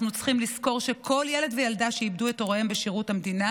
אנחנו צריכים לזכור שכל ילד וילדה שאיבדו את הוריהם בשירות המדינה